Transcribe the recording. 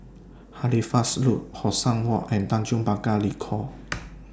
Halifax Road Hong San Walk and Tanjong Pagar Ricoh